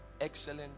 excellent